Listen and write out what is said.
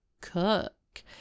cook